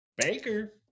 Baker